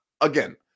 again